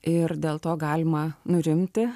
ir dėl to galima nurimti